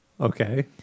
Okay